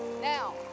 Now